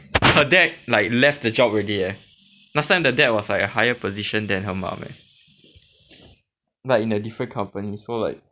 her dad like left the job already eh last time the dad was like a higher position than her mum eh but in a different company so like